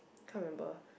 can't remember